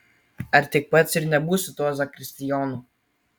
ar tik pats ir nebūsi tuo zakristijonu